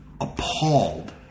appalled